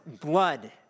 blood